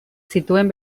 zituen